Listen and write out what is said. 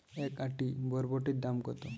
এক আঁটি বরবটির দাম কত?